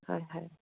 হয় হয়